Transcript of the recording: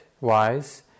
wise